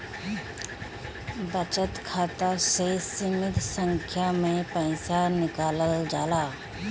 बचत खाता से सीमित संख्या में पईसा निकालल जाला